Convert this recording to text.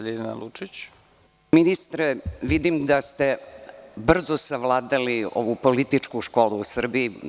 Gospodine ministre, vidim da ste brzo savladali ovu političku školu u Srbiji.